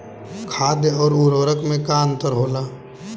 खाद्य आउर उर्वरक में का अंतर होला?